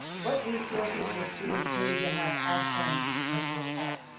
what resources will students need to have at home for the virtual academy?